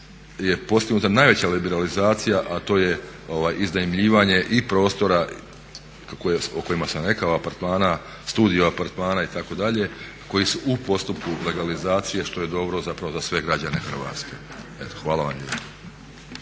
je postignuta najveća liberalizacija a to je iznajmljivanje i prostora o kojima sam rekao apartmana, studio apartmana itd. koji su u postupku legalizacije što je dobro zapravo za sve građane Hrvatske. Eto hvala vam